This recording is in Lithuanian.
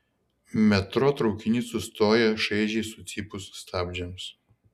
metro traukinys sustoja šaižiai sucypus stabdžiams